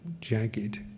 jagged